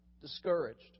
discouraged